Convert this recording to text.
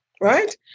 right